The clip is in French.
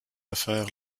affaire